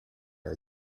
are